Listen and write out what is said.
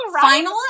Final